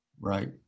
Right